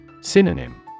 Synonym